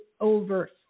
Over